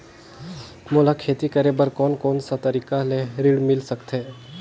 मोला खेती करे बर कोन कोन सा तरीका ले ऋण मिल सकथे?